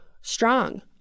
strong